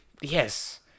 Yes